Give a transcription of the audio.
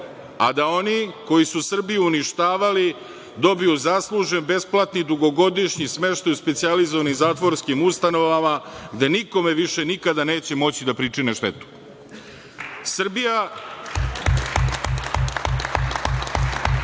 A da oni koji su Srbiju uništavali dobiju zaslužen besplatni dugogodišnji smeštaj u specijalizovanim zatvorskim ustanovama gde nikada više nikome neće moći da pričine štetu. Srbija